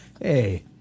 Hey